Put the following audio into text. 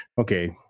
okay